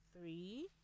three